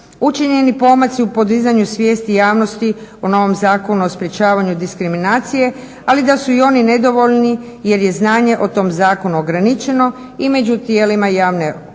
učinjeni pomaci u podizanju svijesti i javnosti o novom Zakonu o sprječavanju diskriminacije, ali da su i oni nedovoljni jer je znanje o tom zakonu ograničeno i među tijelima javne vlasti